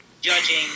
judging